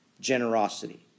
generosity